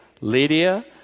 Lydia